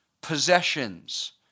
possessions